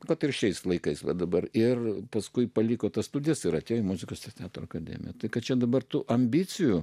kad ir šiais laikais va dabar ir paskui paliko tas studijas ir atėjo į muzikos ir teatro akademiją tai kad čia dabar tų ambicijų